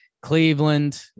Cleveland